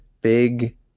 big